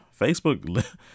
Facebook